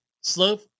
slope